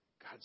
God